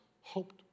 hoped